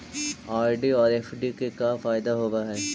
RD और FD के का फायदा होव हई?